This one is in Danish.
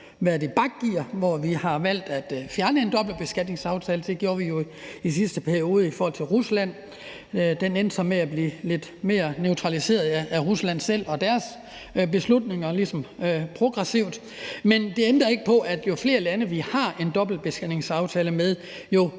været i bakgear, hvor vi har valgt at fjerne en dobbeltbeskatningsaftale. Det gjorde vi jo i sidste periode i forhold til Rusland. Den endte så med ligesom progressivt at blive lidt mere neutraliseret af Rusland selv og deres beslutninger. Men det ændrer ikke på, at jo flere lande vi har en dobbeltbeskatningsaftale med, jo